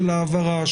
של העברה,